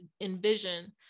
envision